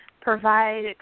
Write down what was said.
provide